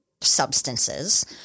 substances